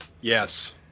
Yes